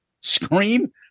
scream